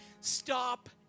stop